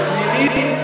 את הפנינים,